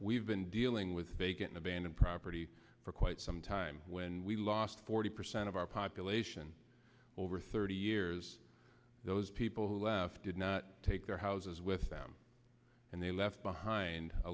we've been dealing with bacon abandoned property for quite some time when we lost forty percent of our population over thirty years those people who left did not take their houses with them and they left behind a